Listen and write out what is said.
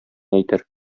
әйтер